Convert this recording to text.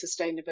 sustainability